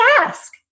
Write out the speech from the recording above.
ask